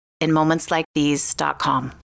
InMomentsLikeThese.com